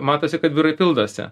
matosi kad biurai pildosi